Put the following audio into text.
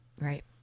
Right